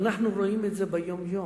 אנחנו רואים את זה ביום-יום.